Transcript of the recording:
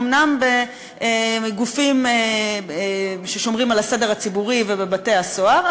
אומנם בגופים ששומרים על הסדר הציבורי ובבתי-הסוהר,